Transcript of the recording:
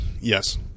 Yes